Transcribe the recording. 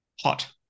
hot